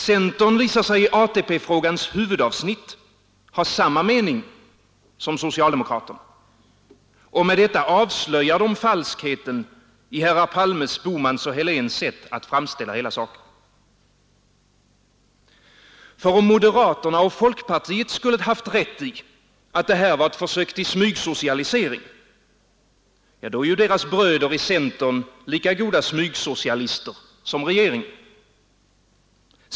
Centern visar sig i ATP-frågans huvudavsnitt ha samma 24 maj 1973 mening som socialdemokraterna. Och med detta avslöjas falskheten i herrar Palmes, Bohmans och Heléns sätt att framställa hela saken. För om Allmänna pensionsmoderaterna och folkpartiet skulle haft rätt i att det här var ett försök fondens förvaltning, m.m. till smygsocialisering — ja, då är ju deras bröder i centern lika goda smygsocialister som regeringen.